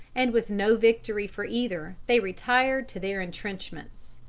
and, with no victory for either, they retired to their intrenchments.